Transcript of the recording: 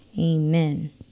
Amen